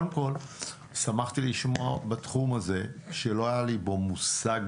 קודם כל שמחתי לשמוע בתחום הזה שלא היה לי בו מושג.